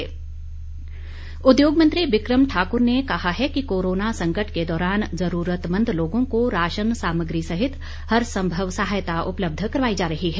बिक्रम ठाक्र उद्योग मंत्री बिक्रम ठाक्र ने कहा है कि कोरोना संकट के दौरान जरूरतमंद लोगों को राशन सामग्री सहित हर संभव सहायता उपलब्ध करवाई जा रही है